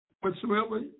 whatsoever